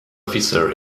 officer